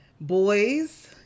boys